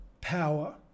power